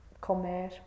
comer